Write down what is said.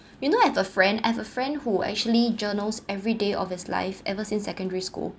you know I have a friend I have a friend who actually journals every day of his life ever since secondary school